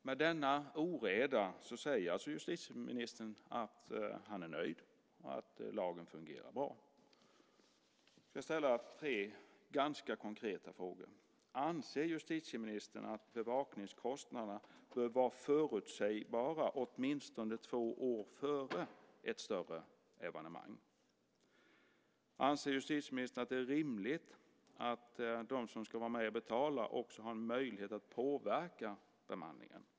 Med denna oreda säger alltså justitieministern att han är nöjd och att lagen fungerar bra. Jag ska ställa tre ganska konkreta frågor. Anser justitieministern att bevakningskostnaderna bör vara förutsägbara åtminstone två år före ett större evenemang? Anser justitieministern att det är rimligt att de som ska vara med och betala också har en möjlighet att påverka bemanningen?